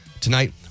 Tonight